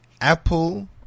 Apple